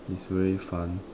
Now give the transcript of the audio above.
is very fun